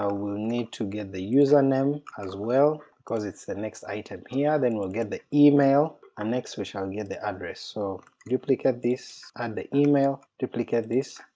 ah we'll need to get the user name as well because it's the next item here, then we'll get the email and next we shall and get the address. so duplicate this, add and the email, duplicate this,